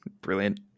brilliant